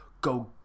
go